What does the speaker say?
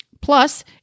Plus